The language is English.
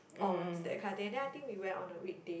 ons that kind of thing and then I think we went on a weekday